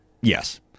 Yes